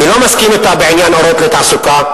אני לא מסכים אתה בעניין "אורות לתעסוקה",